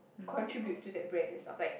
contribute to that brand and stuff like